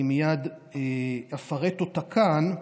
אני מייד אפרט אותה כאן,